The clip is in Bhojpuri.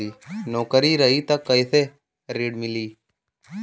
नौकरी रही त कैसे ऋण मिली?